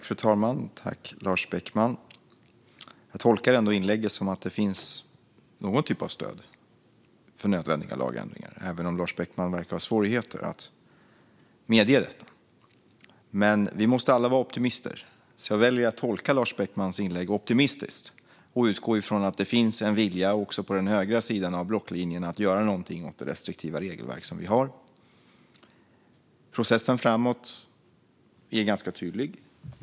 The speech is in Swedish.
Fru talman och Lars Beckman! Jag tolkar ändå inlägget som att det finns någon typ av stöd för nödvändiga lagändringar, även om Lars Beckman verkar ha svårigheter att medge detta. Men vi måste alla vara optimister, så jag väljer att tolka Lars Beckmans inlägg optimistiskt och utgå ifrån att det finns en vilja också på den högra sidan av blocklinjen att göra någonting åt det restriktiva regelverk som vi har. Processen framåt är ganska tydlig.